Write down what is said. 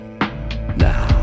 Now